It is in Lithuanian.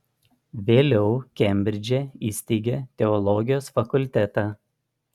vėliau kembridže įsteigė teologijos fakultetą